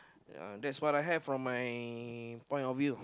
uh that's what I have from my point of view